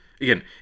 again